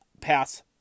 pass